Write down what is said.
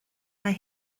mae